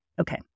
Okay